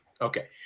Okay